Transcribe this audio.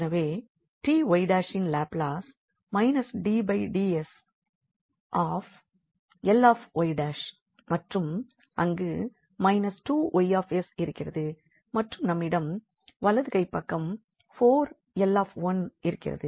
எனவே 𝑡𝑦′ இன் Laplace d dsL𝑦' மற்றும் அங்கு −2𝑌𝑠 இருக்கிறது மற்றும் நம்மிடம் வலது கைப்பக்கம் 4𝐿1 இருக்கிறது